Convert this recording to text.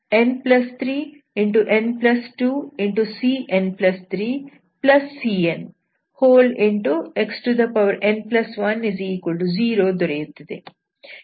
c2x0n0n3n2cn3cnxn10 ದೊರೆಯುತ್ತದೆ